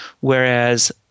whereas